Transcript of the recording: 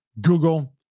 Google